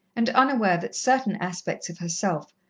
and unaware that certain aspects of herself,